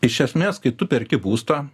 iš esmės kai tu perki būstą